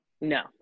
no